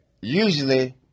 Usually